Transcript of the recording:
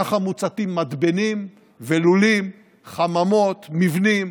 ככה מוצתים מתבנים ולולים, חממות, מבנים,